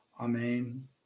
Amen